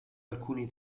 alcuni